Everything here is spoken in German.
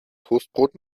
toastbrot